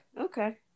okay